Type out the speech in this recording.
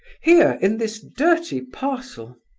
here, in this dirty parcel.